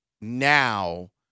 now